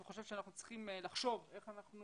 אני חושב שאנחנו צריכים לחשוב איך אנחנו